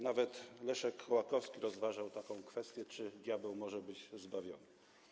Nawet Leszek Kołakowski rozważał taką kwestię, czy diabeł może być zbawiony.